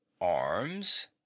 Arms